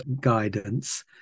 guidance